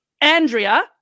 Andrea